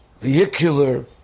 Vehicular